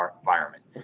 environment